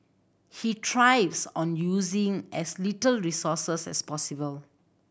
he thrives on using as little resources as possible